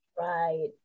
Right